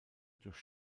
durch